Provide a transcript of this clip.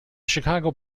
chicago